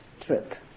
trip